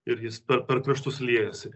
ir jis per kraštus liejasi